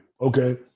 Okay